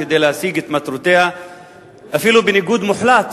כדי להשיג את מטרותיה אפילו בניגוד מוחלט